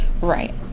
Right